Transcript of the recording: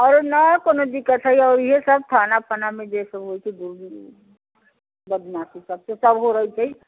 आरो नहि कोनो दिक्कत हइ आ इएह सभ थाना फानामे जे सभ होइत छै बदमाशी सभसँ सभ होइत रहैत छै